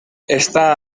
està